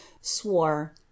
swore